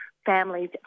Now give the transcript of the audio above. families